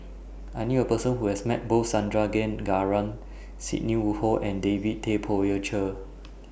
I knew A Person Who has Met Both Sandrasegaran Sidney Woodhull and David Tay Poey Cher